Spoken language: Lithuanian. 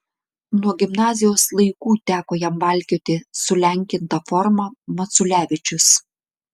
nuo gimnazijos laikų teko jam valkioti sulenkintą formą maculevičius